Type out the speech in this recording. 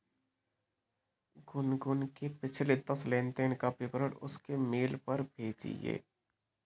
गुनगुन के पिछले दस लेनदेन का विवरण उसके मेल पर भेजिये